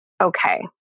okay